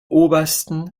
obersten